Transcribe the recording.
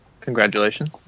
Congratulations